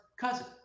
cousin